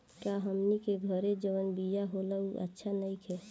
का हमनी के घरे जवन बिया होला उ अच्छा नईखे?